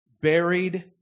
buried